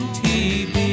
tv